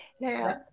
Now